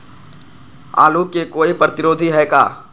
आलू के कोई प्रतिरोधी है का?